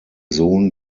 sohn